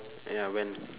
ya when